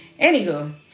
Anywho